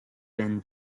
been